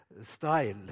style